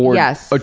yes. but